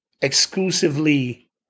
exclusively